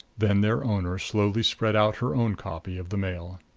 then their owner slowly spread out her own copy of the mail.